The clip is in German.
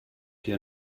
hier